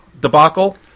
debacle